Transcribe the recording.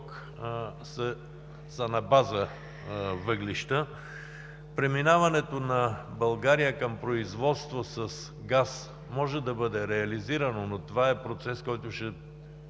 е на база въглища. Преминаването на България към производство с газ може да бъде реализирано, но това е процес, в който ще